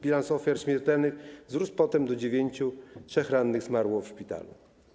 Bilans ofiar śmiertelnych wzrósł potem do dziewięciu, trzech rannych zmarło w szpitalu.